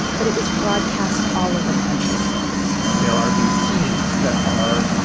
but it was broadcast all over the country there are these scenes that are